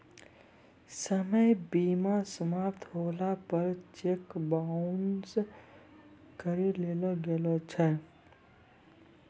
समय सीमा समाप्त होला पर चेक बाउंस करी देलो गेलो छै